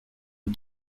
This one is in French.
une